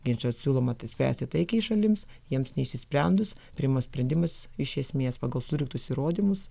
ginčą siūloma spręsti taikiai šalims jiems neišsisprendus priimamas sprendimas iš esmės pagal surinktus įrodymus